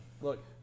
look